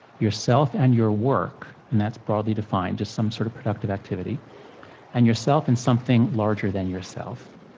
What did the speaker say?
yourself and your work and that's broadly defined, just some sort of productive activity and yourself and something larger than yourself.